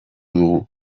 dugu